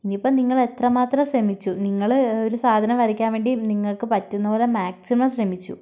ഇനിയിപ്പം നിങ്ങൾ എത്രമാത്രം ശ്രമിച്ചു നിങ്ങൾ ഒരു സാധനം വരയ്ക്കാൻ വേണ്ടി നിങ്ങൾക്ക് പറ്റുന്നതുപോലെ മാക്സിമം ശ്രമിച്ചു